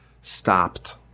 stopped